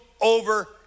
over